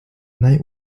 night